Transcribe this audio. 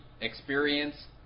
experience